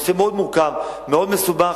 זה נושא מאוד מורכב, מאוד מסובך.